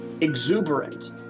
exuberant